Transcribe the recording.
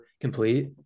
complete